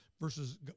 versus